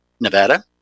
Nevada